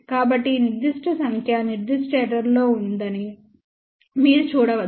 కాబట్టి ఈ నిర్దిష్ట సంఖ్య నిర్దిష్ట ఎర్రర్ లో ఉందని మీరు చూడవచ్చు